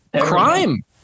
crime